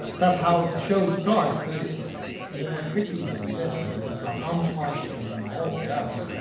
that's how the show starts, but it's more tricky than this because, like, i'm partially involved. yeah